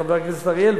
חבר הכנסת אריאל,